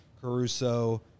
Caruso